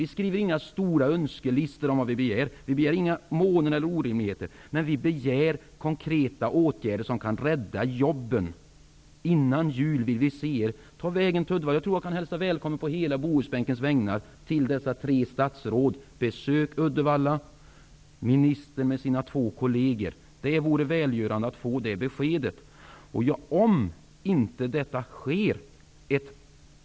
Vi skriver inga stora önskelistor. Vi begär inte månen eller andra orimligheter, men vi begär konkreta åtgärder som kan rädda jobben. Jag tror att jag kan hälsa dessa tre statsråd välkomna på hela Bohusbänkens vägnar. Det vore välgörande att få beskedet att ni tänker göra någonting.